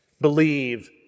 Believe